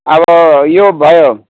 अब यो भयो